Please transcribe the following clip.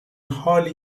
حالی